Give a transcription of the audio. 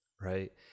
right